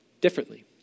differently